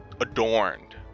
adorned